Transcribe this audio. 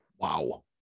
Wow